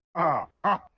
ah. ah,